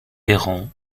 errant